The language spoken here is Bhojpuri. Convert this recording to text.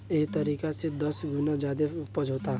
एह तरीका से दस गुना ज्यादे ऊपज होता